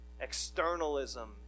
externalism